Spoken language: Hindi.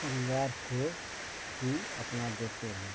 परिवार को कि अपना देते हैं